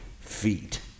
feet